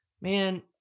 man